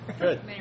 Good